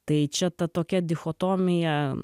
tai čia ta tokia dichotomija